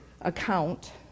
account